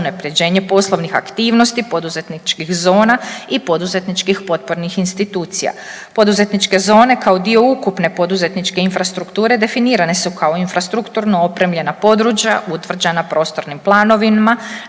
unapređenje poslovnih aktivnosti poduzetničkih zona i poduzetničkih potpornih institucija. Poduzetničke zone kao dio ukupne poduzetničke infrastrukture definirane su kao infrastrukturno opremljena područja utvrđena prostornim planovima